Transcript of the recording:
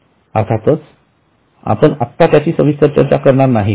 अर्थातच आपण आत्ता त्याची सविस्तर चर्चा करणार नाहीत